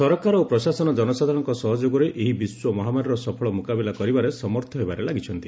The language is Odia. ସରକାର ଓ ପ୍ରଶାସନ ଜନସାଧାରଣଙ୍କ ସହଯୋଗରେ ଏହି ବିଶ୍ୱ ମହାମାରୀର ସଫଳ ମୁକାବିଲା କରିବାରେ ସମର୍ଥ ହେବାରେ ଲାଗିଛନ୍ତି